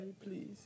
Please